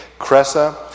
cressa